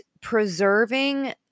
preserving